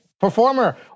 performer